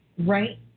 right